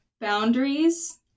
Boundaries